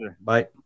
bye